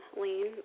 lean